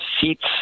seats